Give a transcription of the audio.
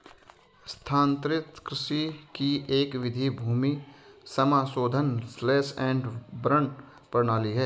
स्थानांतरित कृषि की एक विधि भूमि समाशोधन स्लैश एंड बर्न प्रणाली है